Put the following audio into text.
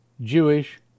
Jewish